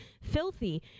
filthy